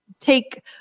take